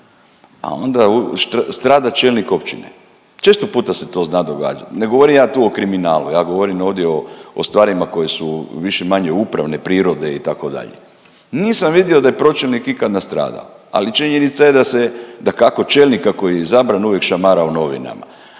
a onda strada čelnik općine. Često puta se to zna događati, ne govorim ja tu o kriminalu, ja govorim ovdje o stvarima koje su više-manje upravne prirode, itd. Nisam vidio da je pročelnik ikad nastradao, ali činjenica je, da se, dakako, čelnika koji je izabran uvijek šamara u novinama.